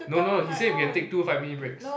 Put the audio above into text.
no no he said we can take two five minute breaks